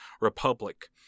republic